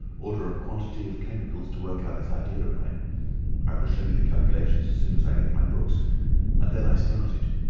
order a quantity of chemicals to work out this idea of mine i will show you the calculations as soon as i get my books and then i started.